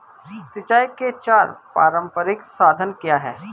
सिंचाई के चार पारंपरिक साधन क्या हैं?